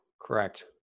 Correct